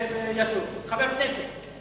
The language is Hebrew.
חבר כנסת שיושב בפינה.